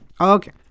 Okay